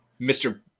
Mr